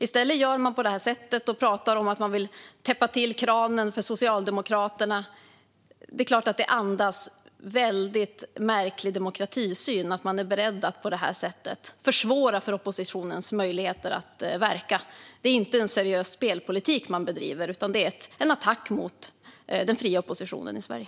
I stället gör man på det här sättet och pratar om att man vill täppa till kranen för Socialdemokraterna. Det andas väldigt märklig demokratisyn att man är beredd att på det här sättet försvåra för oppositionens möjligheter att verka. Det är inte en seriös spelpolitik man bedriver, utan det är en attack mot den fria oppositionen i Sverige.